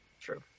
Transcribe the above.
True